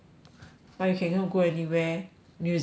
but you cannot go anywhere new zealand ah